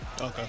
okay